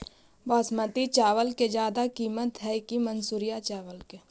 बासमती चावल के ज्यादा किमत है कि मनसुरिया चावल के?